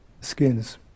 Skin's